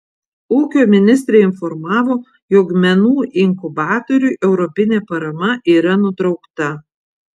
ūkio ministrė informavo jog menų inkubatoriui europinė parama yra nutraukta